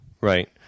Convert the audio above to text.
right